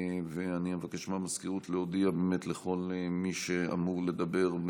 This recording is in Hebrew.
ואני אבקש מהמזכירות להודיע לכל מי שאמור לדבר,